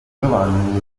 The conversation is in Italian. giovanni